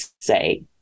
say